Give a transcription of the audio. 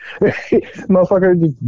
motherfucker